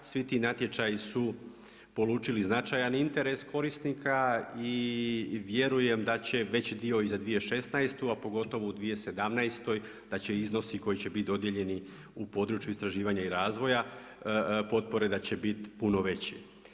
Svi ti natječaji su polučili značajan interes korisnika i vjerujem da će veći dio i za 2016., a pogotovo u 2017. da će iznosi koji će biti dodijeljeni u području istraživanja i razvoja potpore da će biti puno veći.